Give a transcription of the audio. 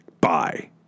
bye